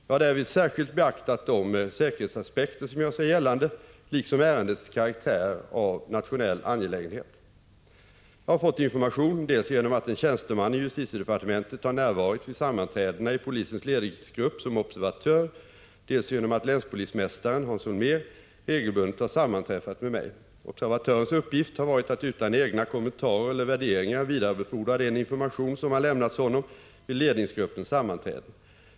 Jag har därvid särskilt beaktat de säkerhetsaspekter som gör sig gällande, liksom ärendets karaktär Jag har fått information dels genom att en tjänsteman i justitiedepartementet har närvarit vid sammanträdena med polisens ledningsgrupp som observatör, dels genom att länspolismästaren Hans Holmér regelbundet har sammanträffat med mig. Observatörens uppgift har varit att utan egna kommentarer eller värderingar vidarebefordra den information som har lämnats honom vid ledningsgruppens sammanträden.